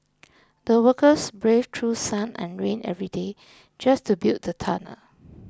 the workers braved through sun and rain every day just to build the tunnel